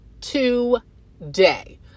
today